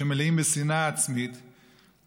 שמלאים בשנאה עצמית.